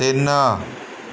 ਤਿੰਨ